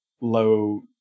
low